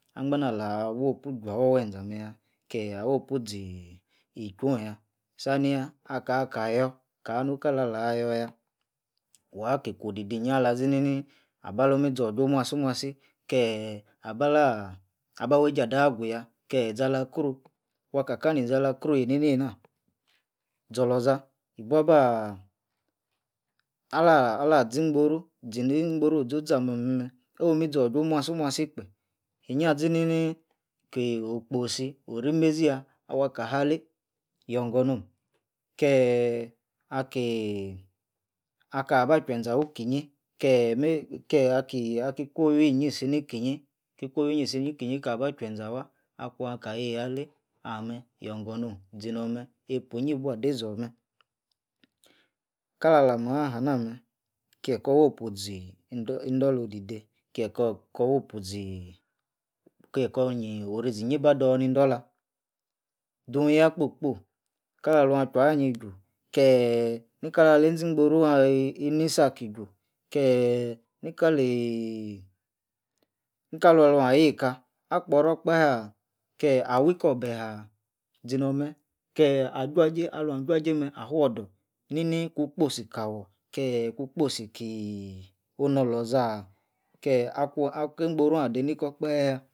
Angba-nah-lah wopu-ijuafwor-wenze ah-meh yah. keh awopu izi-chwone yah, sani-yah, akaka yor, kanu kala-la yor-yah. wah-ki-kwo'h di dei inyi alazinini aba lo'oh me zor- ju omuaso-muasi, keeeh, abalaah, aba wueijei adah-agu-yah, keeh izala kro'oh, waka-ka nizala kro'oh einei-neina, zolozah, ibuabaah, ala, alah-zi-ingboru, zini-ingbo ru ozoza ah meh-meh, omi-sorju omuasio-muasi kpeh, inyi-aginini. kii okpo si, wuri-meizi yah. wah-kahalei, yorgor no'om, keeh. akiiii, akaba chwuenzi ah-wiki-inyi, kehmay, keh aki aki ikwo-wuii-inyi isi ni ki-inyi, ki-kwo-wui-inyi isini ki-inyi ki-kwo-wui-inyi isi-niki-inyi, kaba chwuenze awah, akuan-ka yei-yi alei, ah-meh, yorn-gor no'm sinor meh, eipua-inyi bua- dei zor-meh, kala-la mah-hana-meh, kie-ko wopu zi-endlor-di-dei, kie-kor, ko wopu-ziii kie-koh nyiorisi-inyi bah dor-ni dor- lah dun-yah kpo-kpo, kala-luan chwua-inyia iju, keeeh nika-lalei-zi-ingboru ee inisi aki-ju, keeeh nika lili, ikala-luan yeika. akporor-okpahe? Keeh awi-kor bahe? zinor-meh, keh-ajuajei-aluan-juajei meh afuor ohorlazah? keh ikwone, aki- ingborone adei ni kor okpahe-yah